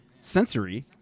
Sensory